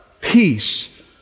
peace